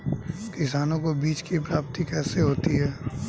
किसानों को बीज की प्राप्ति कैसे होती है?